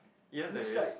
yes there is